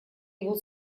его